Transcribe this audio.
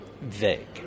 vague